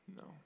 No